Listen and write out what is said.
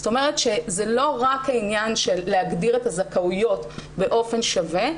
זאת אומרת שזה לא רק העניין של להגדיר את הזכאויות באופן שווה,